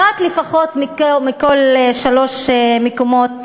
לפחות אחד מכל שלושה מקומות,